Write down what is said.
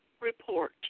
report